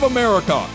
America